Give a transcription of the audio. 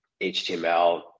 HTML